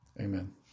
Amen